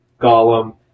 Golem